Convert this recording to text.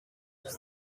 sous